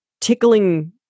tickling